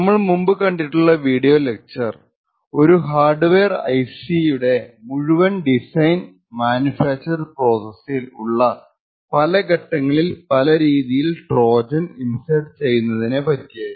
നമ്മൾ മുമ്പ് കണ്ടിട്ടുള്ള വീഡിയോ ലെക്ച്ചർ ഒരു ഹാർഡ് വെയർ IC യുടെ മുഴുവൻ ഡിസൈൻ മാനുഫാക്ച്ചർ പ്രോസസ്സിൽ ഉള്ള പല ഘട്ടങ്ങളിൽ പല രീതിയിൽ ട്രോജൻ ഇൻസേർട്ട് ചെയ്യുന്നതിനെ പറ്റിയായിരുന്നു